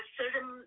certain